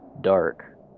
dark